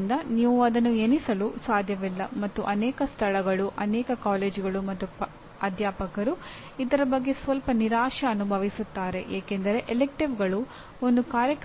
ಅವಶ್ಯಕತೆಯು ಎಂಜಿನಿಯರಿಂಗ್ ಕಾಲೇಜುಗಳ ಎಲ್ಲಾ ಬೋಧಕವರ್ಗದ ಸದಸ್ಯರಿಗೆ ಹೊಸ ಅವಶ್ಯಕತೆಯಾಗಿದೆ ಏಕೆಂದರೆ ಅವರ ಹಿಂದಿನ ಚಟುವಟಿಕೆಗಳು ಇದಕ್ಕೆ ನೇರವಾಗಿ ಸಂಬಂಧಿಸಿರಲಿಲ್ಲ